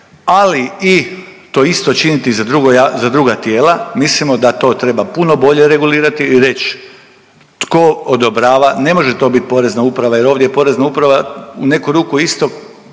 ali i to isto činiti za drugo jav… za druga tijela, mislimo da to treba puno bolje regulirati i reći tko odobrava, ne može to biti Porezna uprava jer ovdje je Porezna uprava u neku ruku isto